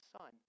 son